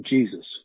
Jesus